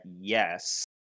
yes